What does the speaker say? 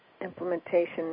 implementation